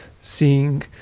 seeing